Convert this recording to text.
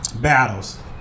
battles